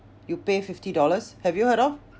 you pay fifty dollars have you heard of